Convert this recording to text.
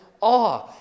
awe